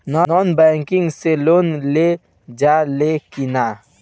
Non banking से loan लेल जा ले कि ना?